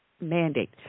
mandate